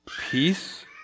peace